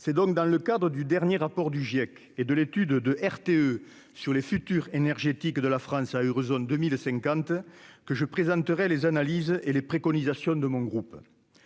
c'est donc dans le cadre du dernier rapport du GIEC et de l'étude de RTE sur les futurs énergétiques de la France a eu raison de 1050 que je présenterai les analyses et les préconisations de mon groupe,